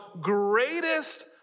greatest